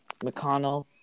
McConnell